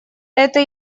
это